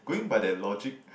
going by that logic